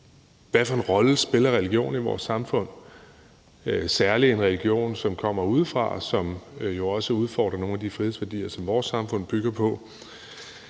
for en rolle spiller religion i vores samfund, særlig en religion, som kommer udefra, og som jo også udfordrer nogle af de frihedsværdier, som vores samfund bygger på?